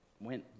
went